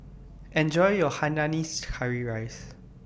Enjoy your Hainanese Curry Rice